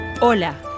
Hola